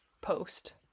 post